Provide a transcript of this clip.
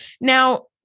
Now